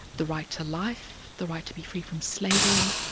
the right to life, the right to be free from slavery,